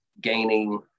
gaining